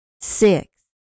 Six